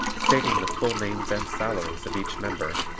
stating the full names and salaries of each member,